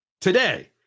today